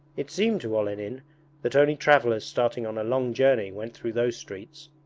it seemed to olenin that only travellers starting on a long journey went through those streets.